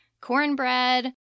cornbread